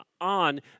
on